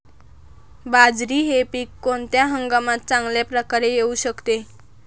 बाजरी हे पीक कोणत्या हंगामात चांगल्या प्रकारे येऊ शकते?